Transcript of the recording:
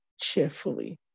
cheerfully